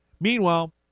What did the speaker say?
Meanwhile